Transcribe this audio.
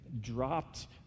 dropped